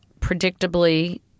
predictably